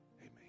Amen